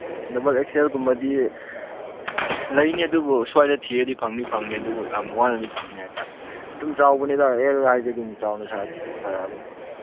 double X ꯑꯦꯜꯒꯨꯝꯕꯗꯤ ꯂꯩꯅꯤ ꯑꯗꯨꯕꯨ ꯁ꯭ꯋꯥꯏꯗ ꯊꯤꯔꯗꯤ ꯐꯪꯗꯤ ꯐꯪꯅꯤ ꯑꯗꯨꯕꯨ ꯌꯥꯝ ꯋꯥꯅꯗꯤ ꯐꯪꯅꯤ ꯍꯥꯏ ꯇꯥꯔꯦ ꯑꯗꯨꯝ ꯆꯥꯎꯕꯅꯤꯗ ꯑꯦꯜ ꯍꯥꯏꯁꯦ ꯑꯗꯨꯝ ꯆꯥꯎꯅ ꯁꯥꯔꯛꯑꯕꯅꯤ